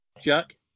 Jack